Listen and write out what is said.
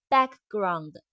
Background